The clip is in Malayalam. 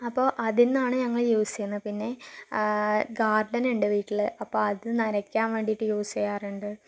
അപ്പോൾ അതിൽ നിന്നാണ് ഞങ്ങള് യൂസ് ചെയ്യുന്നത് പിന്നെ ഗാർഡൻ ഉണ്ട് വീട്ടില് അപ്പോൾ അത് നനയ്ക്കാൻ വേണ്ടിട്ട് യൂസ് ചെയ്യാറുണ്ട്